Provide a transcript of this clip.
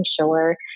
sure